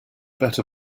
better